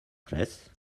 tres